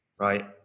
right